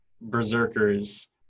Berserkers